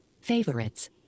Favorites